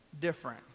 different